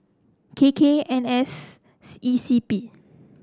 K K N A S E C P